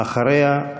אחריה,